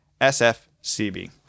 SFCB